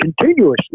continuously